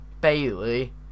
Bailey